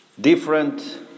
different